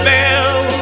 Bell